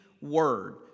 word